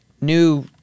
new